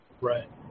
Right